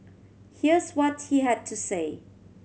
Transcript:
here's what he had to say